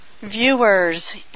viewers